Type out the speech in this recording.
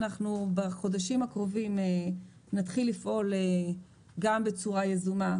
אנחנו בחודשים הקרובים נתחיל לפעול גם בצורה יזומה,